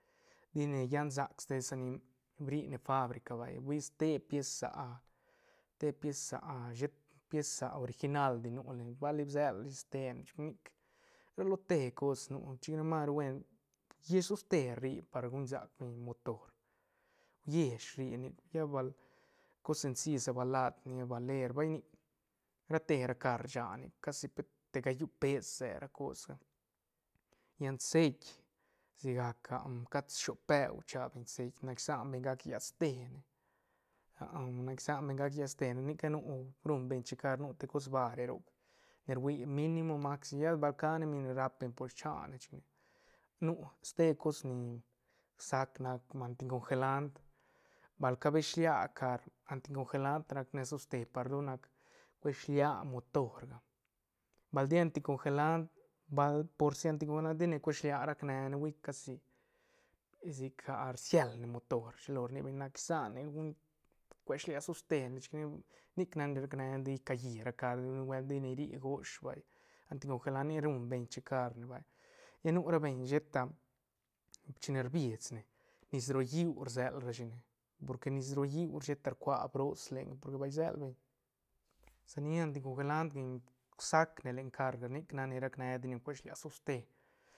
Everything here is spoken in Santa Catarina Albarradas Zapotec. Di ne llan sac ste sa ni brine fabrica vay hui ste pies te pies ah a shet pies original di nu lenga bali bsel rashi stene chu nic ra lo te cos nu chic mas ru buen uiesh soste rri par guñ sac beñ motor uiesh rri nic lla bal cos sensi sa balat ni baler bai nic ra te ra car rsa nic casi pet te gallu pes se ra cosga lla ciet sigac cad shoop beu rcha beñ ceit nac isan beñ gac llas te ne nac isan beñ gac llas te ne ni ca nu rum beñ checar nu te cos bare roc ni rui minimo max lla bal ca ne min rap beñ por chane chic hui nu ste cos ni anti congeland bal cabesh lia car anti congeland rac ne soste par don nac cue shilia motor ga bal di anti congeland bal por si anti congeland ti ne cue shilia rac ne ne hui casi sic rsielne motor rshilo rni beñ nac isan beñ guñ cue shilia soste chic ne nic nac ni rac ne ti cayi ra car nubuelt ti ne rri gosh vay anti congeland ni rum beñ checarne vay lla nu ra beñ sheta chine rbis ne nis ro lliú rsel rashi ne porque nis ro lliú sheta rcua bros lenga porque bal isel beñ sa ni anti congeland sac ne len car ga nic nac ni rac ne ti ne cuesh lia soste.